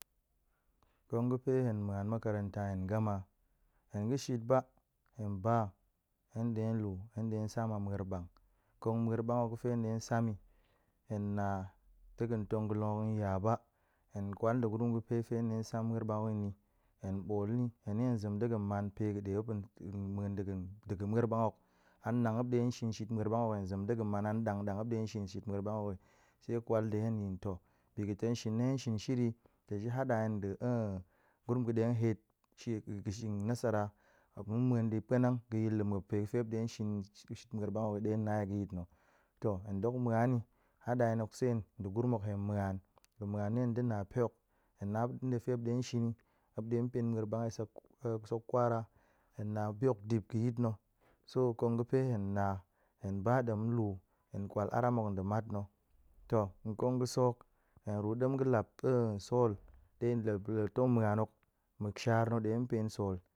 Kong ga̱fe hen muan makaranta hen gama hen ga̱ shit ba, hen ba, hen ɗe lu hen ɗe sam a ma̱er ɓang, kong ma̱er bang hok ga̱fe ɗe sam yi, hen na ɗe ga̱n tong ga̱long hok tong ya bak, hen kwal ɗe gurum pe fe hen ɗe sam ma̱er ɓang hok ni, hen bol ni, hen ni hen zem ɗe man pae ga̱de muop di ga̱ ma̱er ɓang hok, anang muop ɗe shin shit ma̱er ɓang, hen zem ɗe ga̱n man an ɗang ɗang muop ɗe shin shit ma̱er ɓang hok hi, se kwal de hen yin to bi ga̱tong shin na̱ hen shin shiri tong ji hada hen nɗe gurum ga̱ ɗe heet she ga̱shing nasara mop mu muan di panang ga̱lin lu muop pae ga̱fe muop ɗe shi shit ma̱er ɓang hok yi ɗe na yi ga̱ yit na̱. To hen dok muan yi hada hen hok sen nɗe gurum hen muan, ga̱ muan na̱ ɗe na pae hok, hen na indi pae muop ɗe shin ni, muop ɗe pen ma̱er ɓang sek sek kwara, hen na bi hok dip ga̱ yit na̱, so kong ga̱fe hen na, hen ba ɗem nlu hen kwal amar hok nɗa̱ matna̱. To nkong ga̱sok, hen rwo ɗem ga̱ lat sol ɗe la tong muan hok, ma̱shar na̱ ɗe pen sol